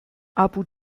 abu